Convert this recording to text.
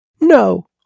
No